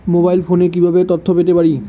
Mobile ফোনে কিভাবে তথ্য পেতে পারি?